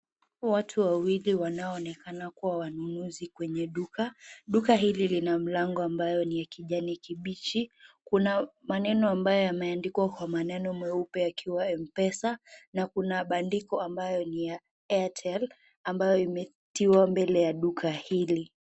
Watu wawili wakiwa wanaonekana kwenye duka, duka hili lina mlango kijani kibichi, kuna maneno ambaye limeandikwa kwa maneno nyeupe, empesa kuna mabandiko ambayo ni ya Airtel ambayo imetiwa mbele ya duka hili.